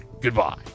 Goodbye